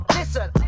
Listen